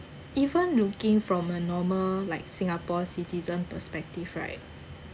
even looking from a normal like singapore citizen perspective right